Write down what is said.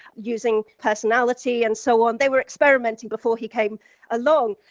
using personality and so on. they were experimenting before he came along.